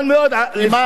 מה הבעיה?